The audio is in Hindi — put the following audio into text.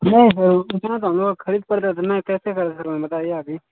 नै हो इतना तो हम लोग का खरीद पड़ जाता है नै कैसे कर सकते हैं बताइए अभी